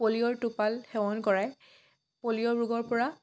পলিঅ'ৰ টোপাল সেৱন কৰাই পলিঅ' ৰোগৰ পৰা